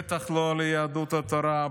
בטח לא ליהדות התורה,